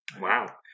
Wow